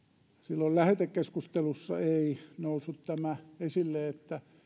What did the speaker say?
silloin lähetekeskustelussa ei noussut tämä esille että